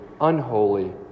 unholy